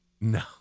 No